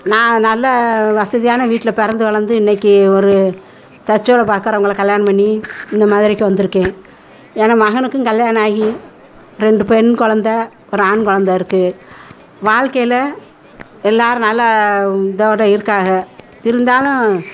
நான் நல்ல வசதியான வீட்டில் பிறந்து வளர்ந்து இன்றைக்கி ஒரு தச்சு வேலைப் பார்க்குறவங்கள கல்யாணம் பண்ணி இந்த மதுரைக்கு வந்திருக்கேன் எங்கள் மகனுக்கும் கல்யாணம் ஆகி ரெண்டுப் பெண் கொழந்தை ஒரு ஆண் கொழந்தை இருக்குது வாழ்க்கையில எல்லாரும் நல்லா இதோடு இருக்காக இருந்தாலும்